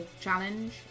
challenge